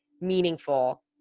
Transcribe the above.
meaningful